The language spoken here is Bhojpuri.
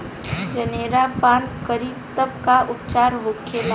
जनेरा पान करी तब उपचार का होखेला?